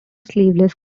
sleeveless